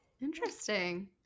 Interesting